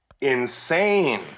insane